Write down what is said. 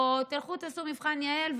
או: תלכו תעשו מבחן יע"ל,